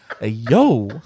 Yo